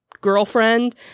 girlfriend